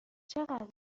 چقدر